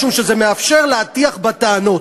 משום שזה מאפשר להטיח בה טענות.